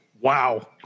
Wow